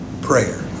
prayer